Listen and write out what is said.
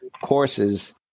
courses